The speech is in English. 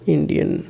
Indian